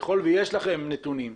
ככל שיש לכם נתונים,